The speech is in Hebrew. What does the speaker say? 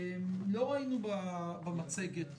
לא ראינו במצגת